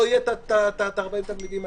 לא יהיו 40 תלמידים.